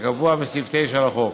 כקבוע בסעיף 9 לחוק.